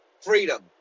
freedom